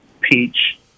peach